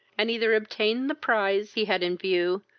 and either obtain the prize he had in view,